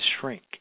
shrink